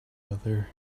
other